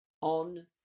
on